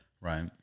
Right